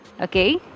okay